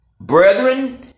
Brethren